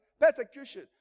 persecution